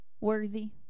worthy